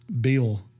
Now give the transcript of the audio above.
Bill